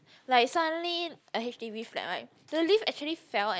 like suddenly a h_d_b flat like the lift actually fell and